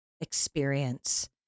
experience